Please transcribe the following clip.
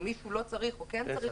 אם מישהו לא צריך או כן צריך,